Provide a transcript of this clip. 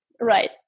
Right